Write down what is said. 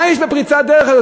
מה יש בפריצת הדרך הזאת?